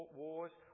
wars